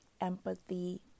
empathy